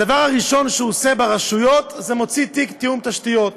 הדבר הראשון שהוא עושה ברשויות זה מוציא תיק תיאום תשתיות,